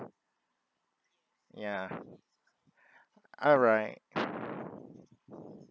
ya alright